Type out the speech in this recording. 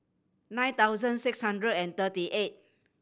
nine thousand six hundred and thirty eight